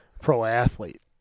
Pro-athlete